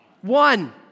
One